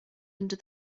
under